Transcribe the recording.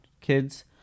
kids